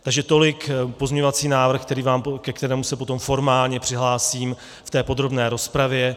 Takže tolik pozměňovací návrh, ke kterému se potom formálně přihlásím v té podrobné rozpravě.